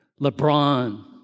LeBron